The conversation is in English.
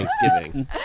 Thanksgiving